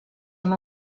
amb